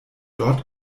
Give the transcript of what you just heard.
dort